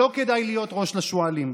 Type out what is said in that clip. שלא כדאי להיות ראש לשועלים.